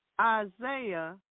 Isaiah